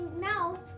mouth